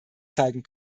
zeigen